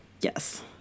yes